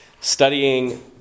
studying